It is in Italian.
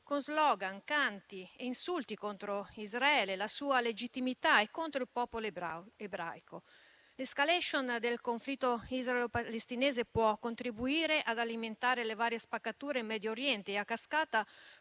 con slogan, canti e insulti contro Israele, la sua legittimità e contro il popolo ebraico. L'*escalation* del conflitto israelo-palestinese può contribuire ad alimentare le varie spaccature in Medio Oriente e a cascata